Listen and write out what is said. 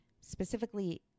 specifically